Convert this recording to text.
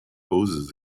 poses